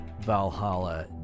Valhalla